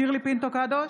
שירלי פינטו קדוש,